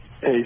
Hey